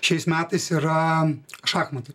šiais metais yra šachmatai